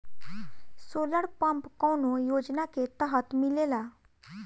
Solar pump कौने योजना के तहत मिलेला?